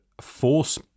force